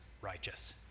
righteous